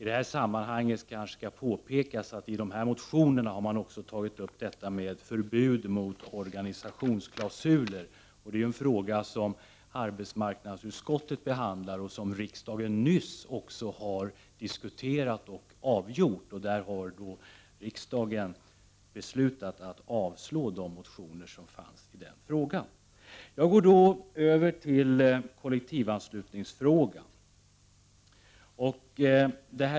Det kanske skall påpekas att förbud mot organisationsklausuler har tagits upp i motioner. Arbetsmarknadsutskottet har behandlat frågan, och riksdagen har nyligen efter diskussioner beslutat att avslå dessa motioner. Jag går därmed över till kollektivanslutningsfrågan.